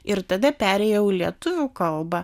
ir tada perėjau lietuvių kalbą